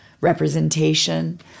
representation